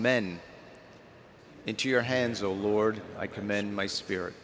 men into your hands oh lord i commend my spirit